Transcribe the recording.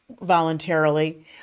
voluntarily